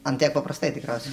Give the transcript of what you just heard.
ant tiek paprastai tikriausiai